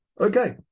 Okay